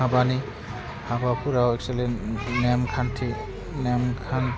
हाबानि हाबाफोराव एकसुलि नेमखान्थि